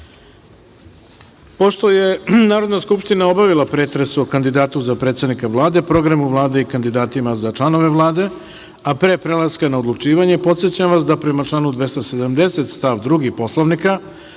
je Narodna skupština obavila pretres o kandidatu za predsednika Vlade, Programu Vlade i kandidatima za članove Vlade, a pre prelaska na odlučivanje, podsećam vas da, prema članu 270. stav 2. Poslovnika,